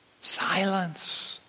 Silence